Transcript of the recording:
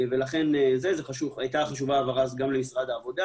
ולכן הייתה חשובה ההבהרה הזאת גם למשרד העבודה,